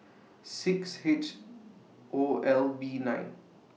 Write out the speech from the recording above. six H O L B nine